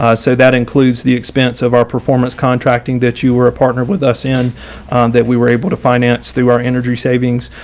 so that includes the expense of our performance contracting, that you were a partner with us, and that we were able to finance through our energy savings.